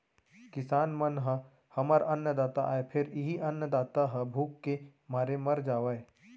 किसान मन ह हमर अन्नदाता आय फेर इहीं अन्नदाता ह भूख के मारे मर जावय